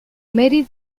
mary